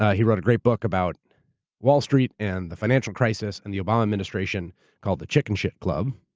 ah he wrote a great book about wall street, and the financial crisis, and the obama administration called the chickenshit club.